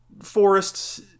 Forests